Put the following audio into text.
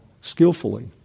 skillfully